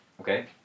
Okay